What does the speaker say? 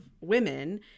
women